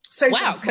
Wow